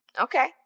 Okay